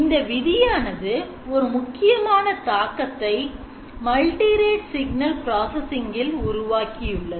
இந்த விதியானது ஒரு முக்கியமான தாக்கத்தை Multi Rate Signal Processing இல் உருவாக்கியுள்ளது